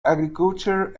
agriculture